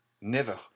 Never